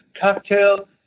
cocktail